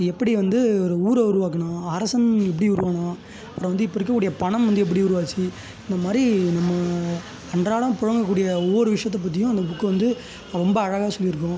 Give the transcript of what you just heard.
எப்படி வந்து ஒரு ஊரை உருவாக்குனால் அரசன் எப்படி உருவானால் அப்புறம் வந்து இப்போ இருக்கக்கூடிய பணம் வந்து எப்படி உருவாச்சு இந்த மாதிரி நம்ம அன்றாடம் புழங்கக்கூடிய ஒவ்வொரு விஷயத்தை பற்றியும் அந்த புக்கு வந்து ரொம்ப அழகாக சொல்லியிருக்கும்